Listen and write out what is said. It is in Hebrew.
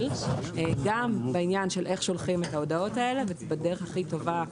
גם בעניין של איך שולחים את ההודעות האלה בדרך הכי טובה,